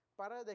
para